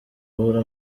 abura